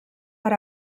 per